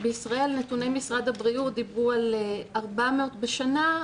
בישראל נתוני משרד הבריאות דיברו על 400 בשנה,